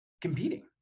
competing